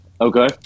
Okay